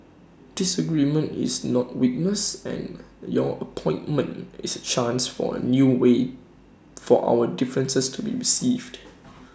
disagreement is not weakness and your appointment is A chance for A new way for our differences to be received